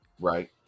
Right